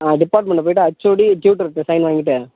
டிப்பார்ட்மண்ட்டில் போய்விட்டு ஹச்சோடி டியூட்டர்கிட்ட சைன் வாங்கிவிட்டு